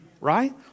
right